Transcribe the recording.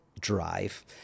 drive